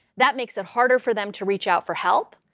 that makes it harder for them to reach out for help.